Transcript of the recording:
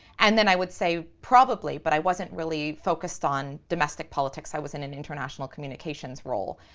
and then i would say probably, but i wasn't really focused on domestic politics. i was an an international communications role